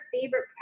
favorite